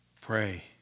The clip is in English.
pray